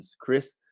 Chris